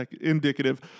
indicative